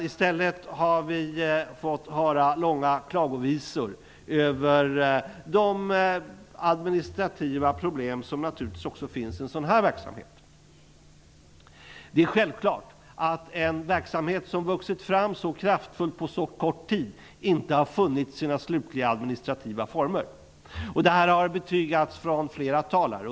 I stället har vi fått höra långa klagovisor över de administrativa problem som naturligtvis också finns i en sådan här verksamhet. Det är självklart att en verksamhet som vuxit så kraftfullt på så kort tid inte har funnit sina slutliga administrativa former. Det har betygats av flera talare.